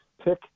pick